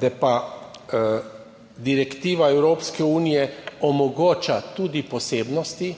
da pa direktiva Evropske unije omogoča tudi posebnosti